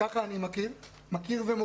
כך אני מכיר ומוקיר,